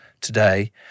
today